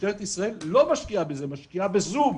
משטרת ישראל לא משקיעה בזה, משקיעה בזום.